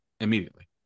immediately